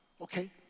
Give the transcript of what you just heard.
Okay